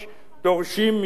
דורשות משמעת עצמית.